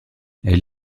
elle